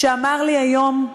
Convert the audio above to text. שאמר לי היום: